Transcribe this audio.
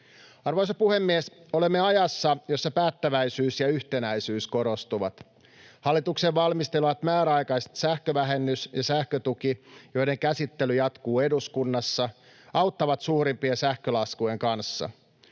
Arvoisa puhemies! Olemme ajassa, jossa päättäväisyys ja yhtenäisyys korostuvat. Hallituksen valmistelemat määräaikaiset sähkövähennys ja sähkötuki, joiden käsittely jatkuu eduskunnassa, auttavat suurimpien sähkölaskujen kanssa.